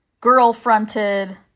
girl-fronted